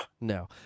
No